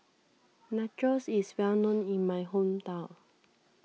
Nachos is well known in my hometown